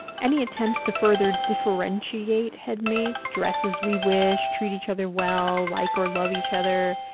any attempts to further differentiate headmates, dress as we wish, treat each other well, like or love each other,